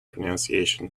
pronunciation